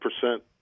percent